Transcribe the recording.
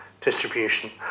distribution